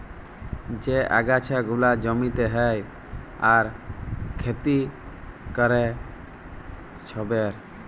যে আগাছা গুলা জমিতে হ্যয় আর ক্ষতি ক্যরে ছবের